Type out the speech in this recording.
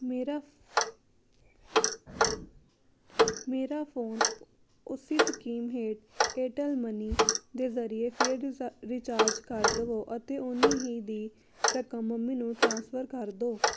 ਮੇਰਾ ਮੇਰਾ ਫੋਨ ਉਸ ਸਕੀਮ ਹੇਠ ਏਅਰਟੈੱਲ ਮਨੀ ਦੇ ਜ਼ਰੀਏ ਫੇਰ ਰੀ ਰਿਚਾਰਜ ਕਰ ਦਵੋ ਅਤੇ ਓਨੀ ਹੀ ਦੀ ਰਕਮ ਮੰਮੀ ਨੂੰ ਟ੍ਰਾਂਸਫਰ ਕਰ ਦਿਉ